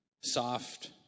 soft